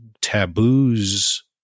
taboos